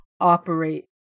operate